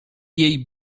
jej